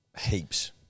Heaps